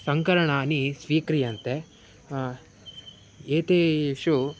सङ्करणानि स्वीक्रियन्ते एतेषु